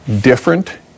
different